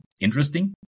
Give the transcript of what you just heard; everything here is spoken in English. interesting